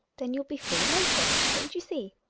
then you'll be free later, don't you see.